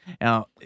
Now